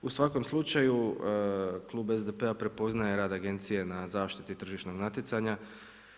U svakom slučaju Klub SDP-a prepoznaje rad agencije na zaštitu tržišnog natjecanja.